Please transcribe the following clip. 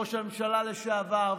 ראש הממשלה לשעבר,